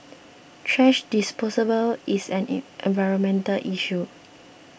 thrash disposal is an environmental issue